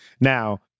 now